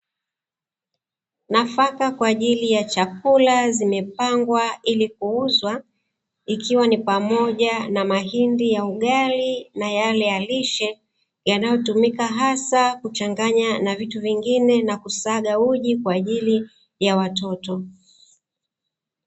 Nafaka kwa ajili ya chakula zimepangwa ili kuuzwa, ikiwa ni pamoja na mahindi ya ugali na yale ya lishe, yanayotumika hasa kuchanganya na vitu vingine na kusaga uji kwa ajili ya watoto.